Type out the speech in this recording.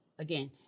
Again